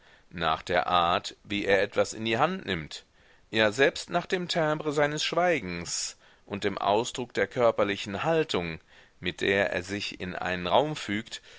nach der art wie er etwas in die hand nimmt ja selbst nach dem timbre seines schweigens und dem ausdruck der körperlichen haltung mit der er sich in einen raum fügt